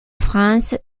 france